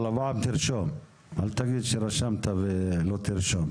אבל הפעם תרשום, אל תגיד שרשמת ולא תרשום.